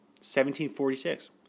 1746